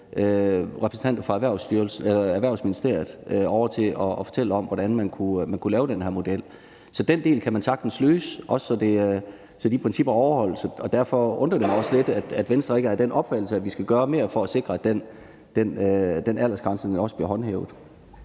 repræsentanter fra Erhvervsministeriet ovre til at fortælle om, hvordan man kunne lave den her model. Så den del kan man sagtens løse, også så de principper overholdes, og derfor undrer det mig også lidt, at Venstre ikke er af den opfattelse, at vi skal gøre mere for at sikre, at den aldersgrænse også bliver håndhævet.